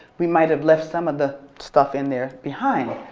we might have left some of the stuff in there behind.